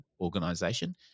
organization